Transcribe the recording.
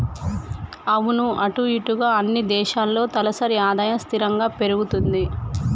అవును అటు ఇటుగా అన్ని దేశాల్లో తలసరి ఆదాయం స్థిరంగా పెరుగుతుంది